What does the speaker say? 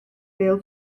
bêl